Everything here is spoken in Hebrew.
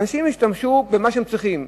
אנשים ישתמשו במה שהם צריכים.